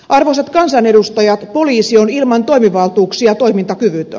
arvoisat kansanedustajat poliisi on ilman toimivaltuuksia toimintakyvytön